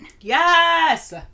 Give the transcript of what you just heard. Yes